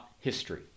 history